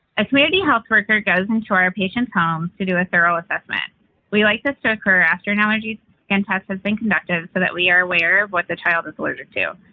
a community health worker goes into our patients homes to do a thorough assessment we'd like this to occur after an allergy skin and test has been conducted, so that we are aware of what the child is allergic to.